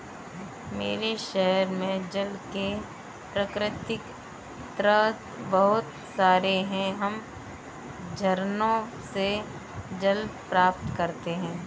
मेरे शहर में जल के प्राकृतिक स्रोत बहुत सारे हैं हम झरनों से जल प्राप्त करते हैं